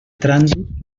trànsit